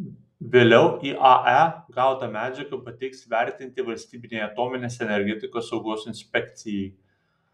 vėliau iae gautą medžiagą pateiks vertinti valstybinei atominės energetikos saugos inspekcijai